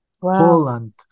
Poland